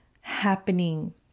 happening